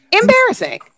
Embarrassing